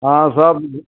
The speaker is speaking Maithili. हँ सब